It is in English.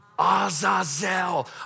Azazel